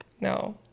no